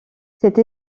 cette